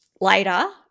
later